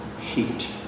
heat